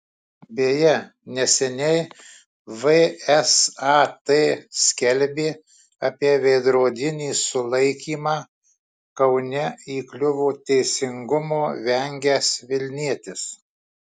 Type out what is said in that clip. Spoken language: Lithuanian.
beje neseniai vsat skelbė apie veidrodinį sulaikymą kaune įkliuvo teisingumo vengęs vilnietis